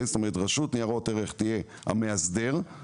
שרשות ניירות ערך תהיה הגורם המאסדר,